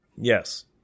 Yes